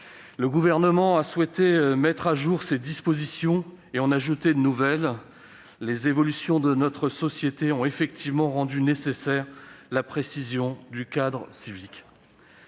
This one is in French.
Le Gouvernement a souhaité mettre à jour ces dispositions et en ajouter de nouvelles. Les évolutions de notre société ont effectivement rendu nécessaire la précision du cadre civique.